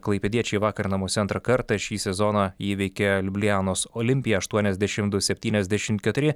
klaipėdiečiai vakar namuose antrą kartą šį sezoną įveikė liublianos olimpiją aštuoniasdešim du septyniasdešim keturi